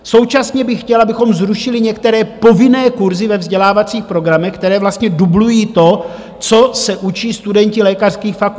Současně bych chtěl, abychom zrušili některé povinné kurzy ve vzdělávacích programech, které vlastně dublují to, co se učí studenti lékařských fakult.